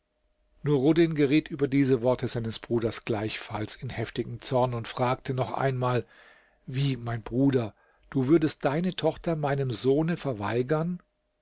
nuruddin geriet über diese worte seines bruders gleichfalls in heftigen zorn und fragte noch einmal wie mein bruder du würdest deine tochter meinem sohne verweigern